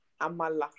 Amala